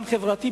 גם חברתי,